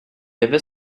avait